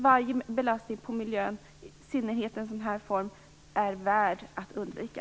Varje belastning på miljön, i synnerhet i en sådan här form, är värd att undvika.